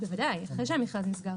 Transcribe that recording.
בוודאי, אחרי שהמכרז נסגר.